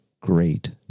great